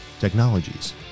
technologies